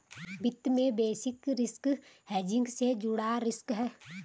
वित्त में basis risk hedging से जुड़ा रिस्क है